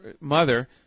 mother